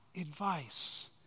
advice